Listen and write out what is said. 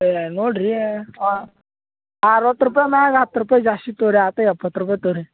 ಏ ನೋಡ್ರಿ ಅರವತ್ತು ರೂಪಾಯಿ ಮ್ಯಾಗ ಹತ್ತು ರೂಪಾಯಿ ಜಾಸ್ತಿ ತೋರಿ ಆತೇ ಎಪ್ಪತ್ತು ರೂಪಾಯಿ ತೋರಿ